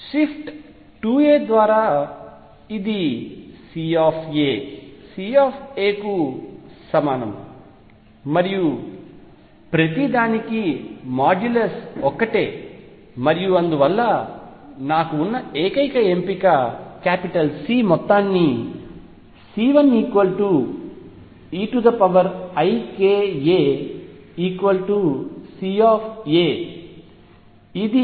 shift 2 a ద్వారా ఇది C C కు సమానం మరియు ప్రతి దానికీ మాడ్యులస్ ఒక్కటే మరియు అందువల్ల నాకు ఉన్న ఏకైక ఎంపిక C మొత్తాన్నిc1 eika C